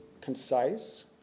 concise